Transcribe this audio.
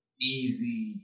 easy